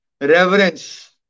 reverence